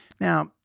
Now